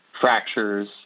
fractures